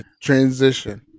transition